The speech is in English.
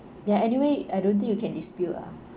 ya anyway I don't think you can dispute ah